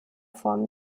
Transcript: form